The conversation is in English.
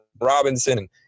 Robinson